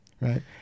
right